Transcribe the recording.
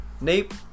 Nape